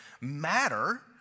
matter